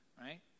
right